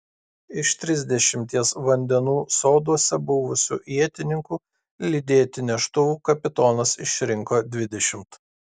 iš trisdešimties vandenų soduose buvusių ietininkų lydėti neštuvų kapitonas išrinko dvidešimt